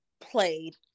played